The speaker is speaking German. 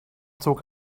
zog